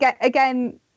Again